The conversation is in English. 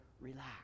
relax